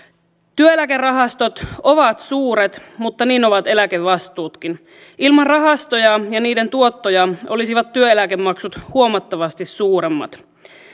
työeläkerahastot ovat suuret mutta niin ovat eläkevastuutkin ilman rahastoja ja niiden tuottoja olisivat työeläkemaksut huomattavasti suuremmat